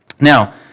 Now